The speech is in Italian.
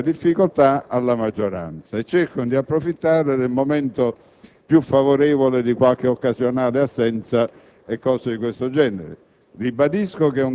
cerca di creare difficoltà alla maggioranza e di approfittare del momento più favorevole, di qualche occasionale assenza, e cose di questo genere.